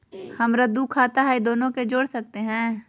हमरा दू खाता हय, दोनो के जोड़ सकते है?